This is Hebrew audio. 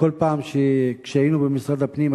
כל פעם כשהיינו במשרד הפנים,